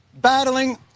battling